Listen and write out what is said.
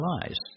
lies